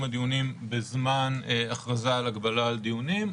הדיונים בזמן הכרזה על הגבלה על דיונים,